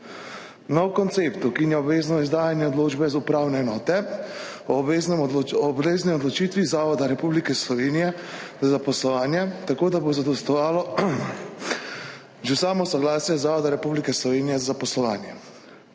Nov koncept ukinja obvezno izdajanje odločbe iz upravne enote o obvezni odločitvi Zavoda Republike Slovenije za zaposlovanje, tako da bo zadostovalo že samo soglasje Zavoda Republike Slovenije za zaposlovanje.